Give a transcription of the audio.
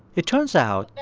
it turns out,